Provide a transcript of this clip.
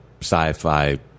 sci-fi